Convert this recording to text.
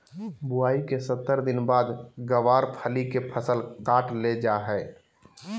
बुआई के सत्तर दिन बाद गँवार फली के फसल काट लेल जा हय